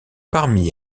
parmi